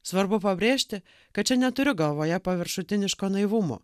svarbu pabrėžti kad čia neturiu galvoje paviršutiniško naivumo